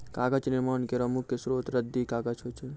कागज निर्माण केरो मुख्य स्रोत रद्दी कागज होय छै